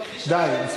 זה